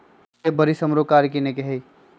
इहे बरिस हमरो कार किनए के हइ